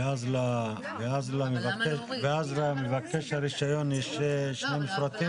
ואז למבקש הרישיון יש שני מפרטים?